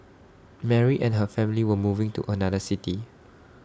Mary and her family were moving to another city